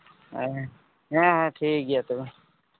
ᱦᱮᱸ ᱦᱮᱸ ᱦᱮᱸ ᱴᱷᱤᱠ ᱜᱮᱭᱟ ᱛᱚᱵᱮ